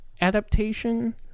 Adaptation